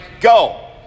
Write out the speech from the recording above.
Go